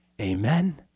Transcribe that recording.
Amen